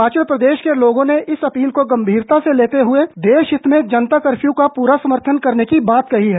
हिमाचल प्रदेश के लोगों ने इस अपील को गंभीरता से लेते हुए देशाहित में जनता कर्फयू का पूरा समर्थन करने की बात कही है